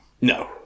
No